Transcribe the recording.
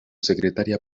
secretaria